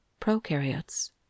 Prokaryotes